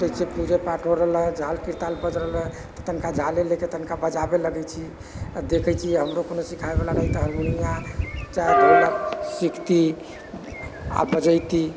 जैसे पूजा पाठ हो रहल है झाल किरताल बाजि रहल है तऽ तनिका झाले लेके तनिका बजाबै लगै छी आओर देखै छी हमरो कोनो सिखाबैवला रहितै हरमोनिया चाहे ढ़ोलक सिखती आओर बजैती